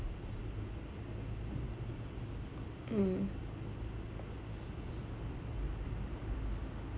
mm